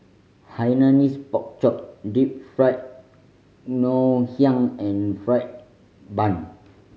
Hainanese Pork Chop Deep Fried Ngoh Hiang and fried bun